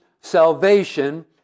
salvation